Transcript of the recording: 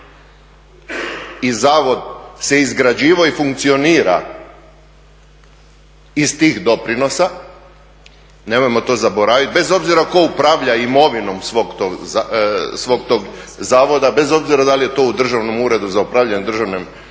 i zavod se izgrađivao i funkcionira iz tih doprinosa nemojmo to zaboravit bez obzira ko upravlja imovinom svog tog zavoda, bez obzira da li je to u Državnom uredu za upravljanje državnom imovinom,